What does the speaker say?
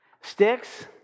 Sticks